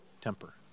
temper